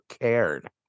cared